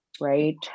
Right